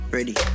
Ready